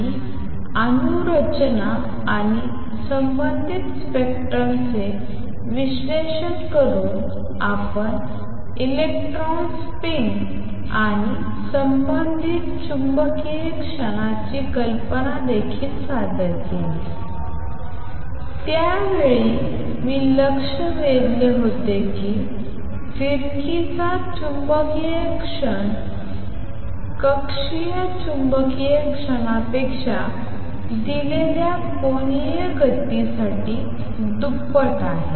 आणि अणू रचना आणि संबंधित स्पेक्ट्रमचे विश्लेषण करून आपण इलेक्ट्रॉन स्पिन आणि संबंधित चुंबकीय क्षणाची कल्पना देखील सादर केली त्या वेळी मी लक्ष वेधले होते की फिरकीचा चुंबकीय क्षण कक्षीय चुंबकीय क्षणापेक्षा दिलेल्या कोनीय गतीसाठी दुप्पट आहे